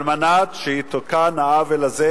כדי שיתוקן העוול הזה,